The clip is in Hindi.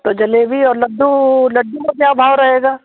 तो जलेबी और लड्डू लड्डू का क्या भाव रहेगा